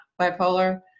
bipolar